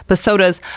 but so does,